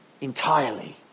entirely